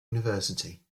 university